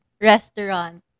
restaurant